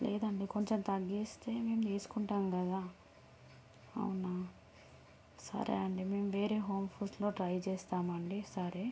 లేదండి కొంచెం తగ్గిస్తే మేము తీసుకుంటాము కదా అవునా సరే అండీ మేము వేరే హోమ్ ఫుడ్స్లో ట్రై చేస్తాము అండీ సరే